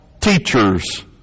teachers